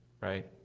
right